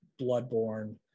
bloodborne